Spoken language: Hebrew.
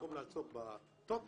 במקום לעצור בטוטו,